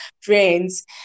friends